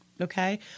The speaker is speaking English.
okay